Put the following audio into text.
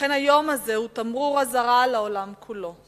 לכן היום הזה הוא תמרור אזהרה לעולם כולו,